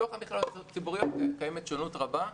בתוך המכללות הציבוריות מתקיימת שונות רבה,